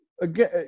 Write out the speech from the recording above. again